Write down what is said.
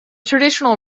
traditional